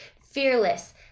fearless